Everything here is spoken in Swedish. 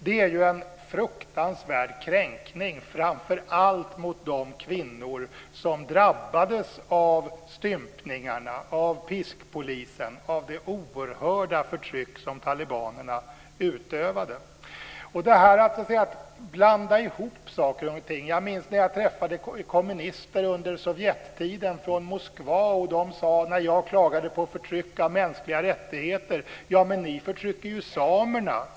Det är ju en fruktansvärd kränkning framför allt mot de kvinnor som drabbades av stympningarna, av piskpolisen och av det oerhörda förtryck som talibanerna utövade. När det gäller att blanda ihop saker och ting minns jag när jag under Sovjettiden träffade kommunister från Moskva. När jag klagade på förtryck av mänskliga rättigheter sade de: Ja, men ni förtrycker ju samerna.